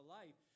life